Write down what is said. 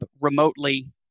remotely